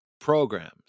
programs